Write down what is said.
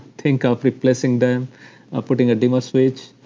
think of replacing them or put in a dimmer switch.